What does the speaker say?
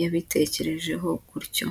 yabitekerejeho gutyo.